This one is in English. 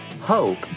hope